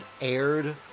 aired